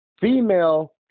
Female